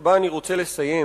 שבה אני רוצה לסיים: